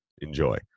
enjoy